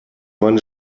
meine